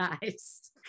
guys